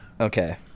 Okay